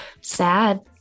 sad